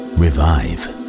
revive